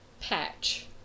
Patch